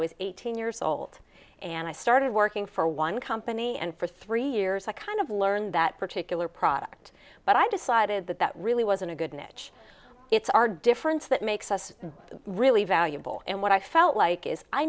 was eighteen years old and i started working for one company and for three years i kind of learned that particular product but i decided that that really wasn't a good niche it's our difference that makes us really valuable and what i felt like is i